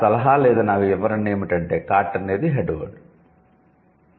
నా సలహా లేదా నా వివరణ ఏమిటంటే 'కార్ట్' అనేది 'హెడ్ వర్డ్'